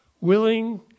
Willing